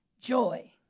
Joy